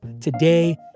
today